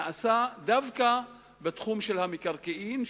נעשה דווקא בתחום של המקרקעין,